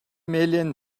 million